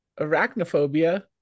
arachnophobia